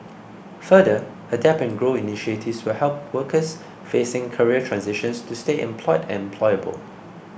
further adapt and grow initiatives will help workers facing career transitions to stay employed and employable